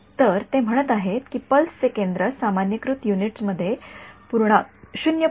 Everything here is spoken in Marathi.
तर ते म्हणत आहेत की पल्सचे केंद्र सामान्यकृत युनिट्स मध्ये 0